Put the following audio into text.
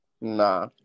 Nah